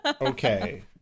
Okay